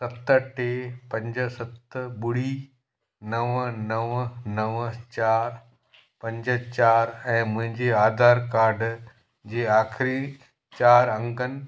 सत टे पंज सत ॿुड़ी नव नव नव चार पंज चार ऐं मुंहिंजे आधार कार्ड जे आख़िरी चार अंगनि